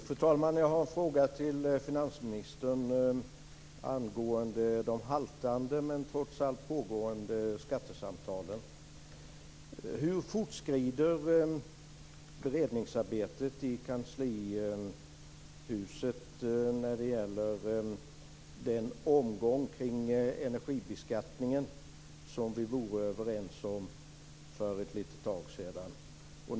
Fru talman! Jag har en fråga till finansministern angående de haltande men trots allt pågående skattesamtalen. Hur fortskrider beredningsarbetet i kanslihuset när det gäller den omgång kring energibeskattningen som vi var överens om för ett litet tag sedan?